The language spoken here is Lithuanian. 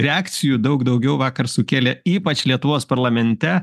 reakcijų daug daugiau vakar sukėlė ypač lietuvos parlamente